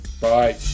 Bye